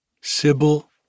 Sybil